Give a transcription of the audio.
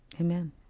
Amen